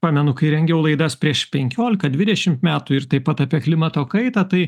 pamenu kai rengiau laidas prieš penkiolika dvidešim metų ir taip pat apie klimato kaitą tai